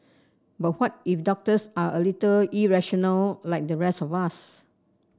but what if doctors are a little irrational like the rest of us